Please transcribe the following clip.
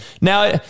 Now